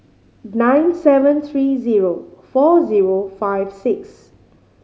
nine seven three zero four zero five six